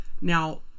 now